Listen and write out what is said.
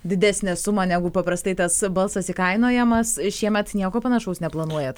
didesnę sumą negu paprastai tas balsas įkainojamas šiemet nieko panašaus neplanuojat